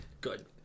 good